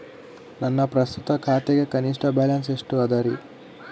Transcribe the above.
ನನ್ನ ಪ್ರಸ್ತುತ ಖಾತೆಗೆ ಕನಿಷ್ಠ ಬ್ಯಾಲೆನ್ಸ್ ಎಷ್ಟು ಅದರಿ?